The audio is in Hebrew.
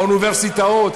באוניברסיטאות,